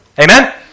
Amen